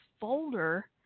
folder